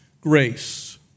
grace